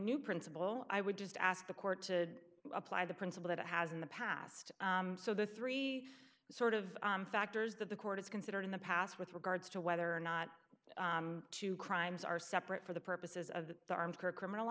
new principle i would just ask the court to apply the principle that it has in the past so the three sort of factors that the court is considered in the past with regards to whether or not two crimes are separate for the purposes of the armed criminal